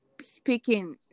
speaking